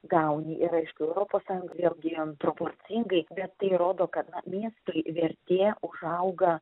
gauni ir aišku europos sąjunga vėlgi proporcingai bet tai rodo kad na miestui vertė užauga